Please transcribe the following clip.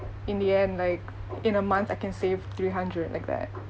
in the end like in a month I can save three hundred like that